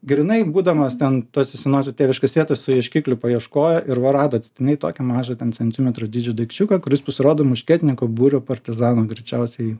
grynai būdamas ten tose senose tėviškės vietose su ieškikliu paieškojo ir va rado atsitiktinai tokį mažą ten centimetro dydžio daikčiuką kuris pasirodo muškietininkų būrio partizanų greičiausiai